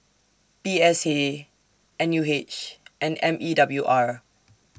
P S A N U H and M E W R